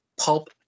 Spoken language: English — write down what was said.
pulp